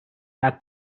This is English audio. that